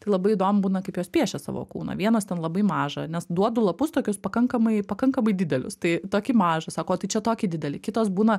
tai labai įdomu būna kaip jos piešia savo kūną vienos ten labai mažą nes duodu lapus tokius pakankamai pakankamai didelius tai tokį mažą sako o tai čia tokį didelį kitos būna